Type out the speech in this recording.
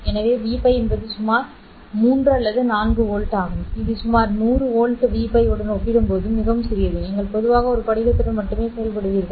எனவே Vπ என்பது சுமார் 3 அல்லது 4 வோல்ட் ஆகும் இது சுமார் 100 வோல்ட் Vπ உடன் ஒப்பிடும்போது மிகவும் சிறியது நீங்கள் பொதுவாக ஒரு படிகத்துடன் மட்டுமே செயல்படுவீர்கள்